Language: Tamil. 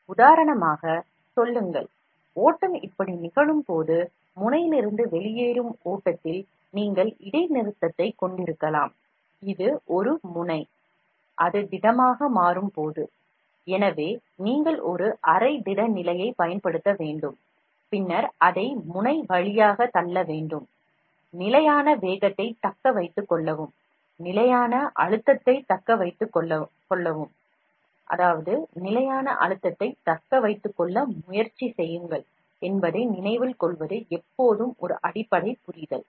உதாரணமாக ஓட்டம் இப்படி நிகழும்போது முனையிலிருந்து வெளியேறும் ஓட்டத்தில் நீங்கள் இடைநிறுத்தத்தைக் கொண்டிருக்கலாம் இது ஒரு முனை எனவே நீங்கள் ஒரு அரை திட நிலையைப் பயன்படுத்த வேண்டும் பின்னர் அதை முனை வழியாகத் தள்ள வேண்டும் நிலையான வேகத்தைத் தக்க வைத்துக் கொள்ளவும் நிலையான அழுத்தத்தைத் தக்க வைத்துக் கொள்ளவும் முயற்சி செய்யுங்கள் என்பதை நினைவில் கொள்வது எப்போதும் ஒரு அடிப்படை புரிதல்